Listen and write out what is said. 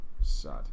Sad